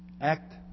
Act